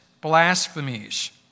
blasphemies